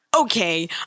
Okay